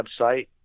website